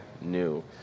new